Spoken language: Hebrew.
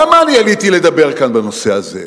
למה עליתי לדבר כאן בנושא הזה?